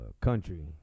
country